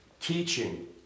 teaching